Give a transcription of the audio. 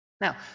Now